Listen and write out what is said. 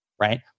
right